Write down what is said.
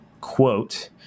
quote